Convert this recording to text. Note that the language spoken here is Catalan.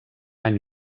any